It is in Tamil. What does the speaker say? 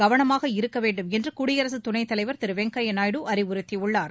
கவனமாக இருக்க வேண்டும் என்று குடியரசு துணைத்தலைவர் திரு வெங்கையா நாயுடு அறிவுறுத்தியுள்ளார்